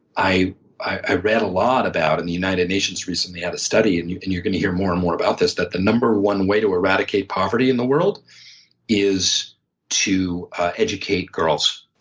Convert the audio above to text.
i i read a lot about and the united nations recently had a study, and you're and you're going to hear more and more about this, that the number one way to eradicate poverty in the world is to educate girls.